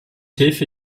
hilfe